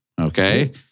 okay